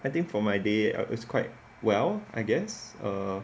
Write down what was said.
I think for my day is quite well I guess err